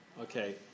Okay